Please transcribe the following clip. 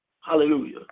Hallelujah